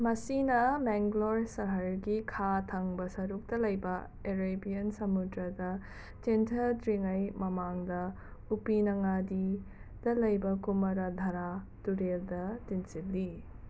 ꯃꯁꯤꯅ ꯃꯦꯡꯒ꯭ꯂꯣꯔ ꯁꯍꯔꯒꯤ ꯈꯥ ꯊꯪꯕ ꯁꯔꯨꯛꯇ ꯂꯩꯕ ꯑꯦꯔꯦꯕꯤꯌꯟ ꯁꯃꯨꯗ꯭ꯔꯗ ꯆꯦꯟꯊꯗ꯭ꯔꯤꯉꯩ ꯃꯃꯥꯡꯗ ꯎꯄꯤꯅꯪꯉꯥꯗꯤꯗ ꯂꯩꯕ ꯀꯨꯝꯃꯔꯥꯙꯔꯥ ꯇꯨꯔꯦꯜꯗ ꯇꯤꯟꯁꯤꯜꯂꯤ